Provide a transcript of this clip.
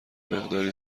مقداری